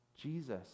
Jesus